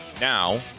Now